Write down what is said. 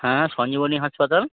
হ্যাঁ সঞ্জীবনী হাসপাতাল